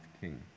King